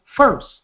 first